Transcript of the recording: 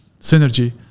synergy